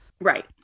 Right